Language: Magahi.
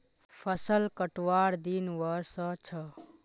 फसल कटवार दिन व स छ